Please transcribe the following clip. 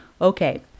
Okay